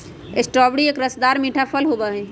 strawberry एक रसदार मीठा फल होबा हई